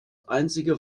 einzige